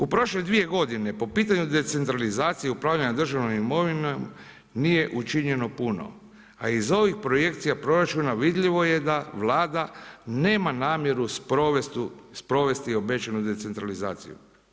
U prošle dvije godine po pitanju decentralizacije i upravljanja državnom imovinom nije učinjeno puno, a iz ovih projekcija proračuna vidljivo je da Vlada nema namjeru sprovest obećanu decentralizaciju.